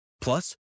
plus